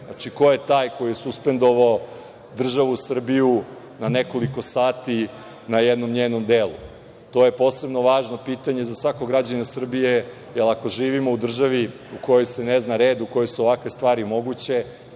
građana? Ko je taj ko je suspendovao državu Srbiju na nekoliko sati, na jednom njenom delu? To je posebno važno pitanje za svakoga građanina Srbije, jer ako živimo u Srbiji u kojoj se ne zna red, u kojoj su ovakve stvari moguće,